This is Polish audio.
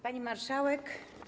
Pani Marszałek!